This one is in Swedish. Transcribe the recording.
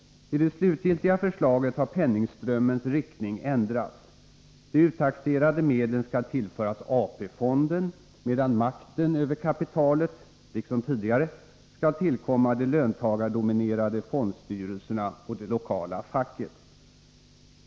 I det slutgiltiga förslaget har penningströmmens riktning ändrats. De uttaxerade medlen skall tillföras AP-fonden, medan makten över kapitalet liksom tidigare skall tillkomma de löntagardominerade fondstyrelserna och det lokala facket.